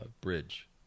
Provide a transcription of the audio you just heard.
bridge